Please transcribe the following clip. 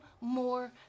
more